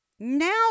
Now